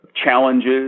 challenges